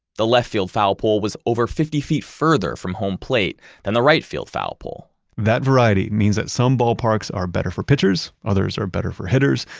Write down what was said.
the left field foul pole was over fifty feet further from home plate than the right field foul pole that variety means that some ballparks are better for pitchers, others are better for hitters.